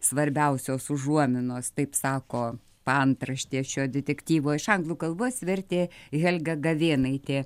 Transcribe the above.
svarbiausios užuominos taip sako paantraštė šio detektyvo iš anglų kalbos vertė helga gavėnaitė